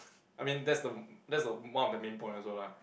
I mean that's the that's the one of the main point also lah